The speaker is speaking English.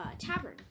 tavern